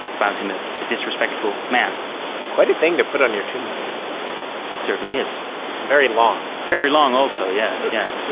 found him a disrespectful man quite a thing to put on your tombstone it certainly is very long very long, also. yeah. yeah.